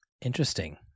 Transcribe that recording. Interesting